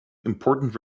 important